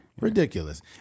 Ridiculous